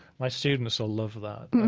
my students love that. the,